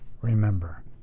remember